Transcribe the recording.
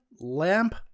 lamp